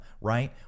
right